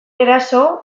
eraso